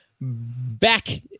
back